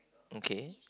okay